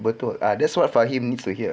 betul ah that's what fahim adhere